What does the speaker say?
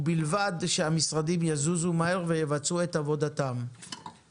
ובלבד שהמשרדים יזוזו מהר ויבצעו את עבודתם.